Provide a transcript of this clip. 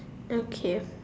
okay